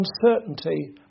uncertainty